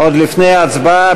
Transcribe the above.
עוד לפני ההצבעה,